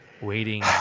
waiting